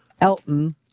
Elton